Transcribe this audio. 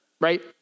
right